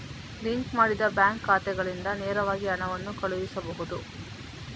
link ಮಾಡಿದ bank ಖಾತೆಗಳಿಂದ ನೇರವಾಗಿ ಹಣವನ್ನು ಕಳುಹಿಸಬಹುದು